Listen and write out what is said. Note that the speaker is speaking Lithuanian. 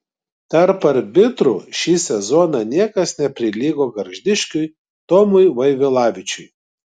tarp arbitrų šį sezoną niekas neprilygo gargždiškiui tomui vaivilavičiui